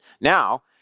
Now